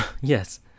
Yes